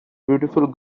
beautiful